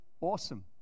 awesome